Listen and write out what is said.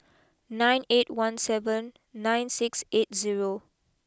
nine eight one seven nine six eight zero